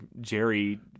Jerry